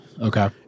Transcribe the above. Okay